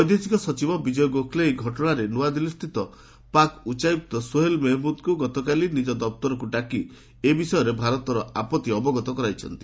ବୈଦେଶିକ ସଚିବ ବିଜୟ ଗୋଖ୍ଲେ ଏହି ଘଟଣାରେ ନ୍ତଆଦିଲ୍ଲୀସ୍ଥିତ ପାକ୍ ଉଚ୍ଚାୟୁକ୍ତ ସୋହେଲ୍ ମେହେମୁଦ୍ଙ୍କୁ ଗତକାଲି ନିଜ ଦପ୍ତରକୁ ଡାକି ଏ ବିଷୟରେ ଭାରତର ଆପତ୍ତି ଅବଗତ କରାଇଛନ୍ତି